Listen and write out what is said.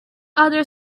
other